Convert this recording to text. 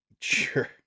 sure